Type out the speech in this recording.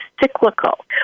cyclical